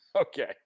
okay